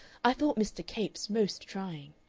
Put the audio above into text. i thought mr. capes most trying.